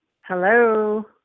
Hello